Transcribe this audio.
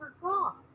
forgot